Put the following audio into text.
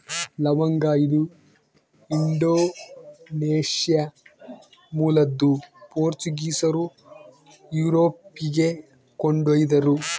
ಲವಂಗ ಇದು ಇಂಡೋನೇಷ್ಯಾ ಮೂಲದ್ದು ಪೋರ್ಚುಗೀಸರು ಯುರೋಪಿಗೆ ಕೊಂಡೊಯ್ದರು